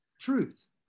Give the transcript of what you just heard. truth